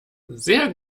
sehr